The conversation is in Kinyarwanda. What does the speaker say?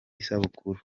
isabukuru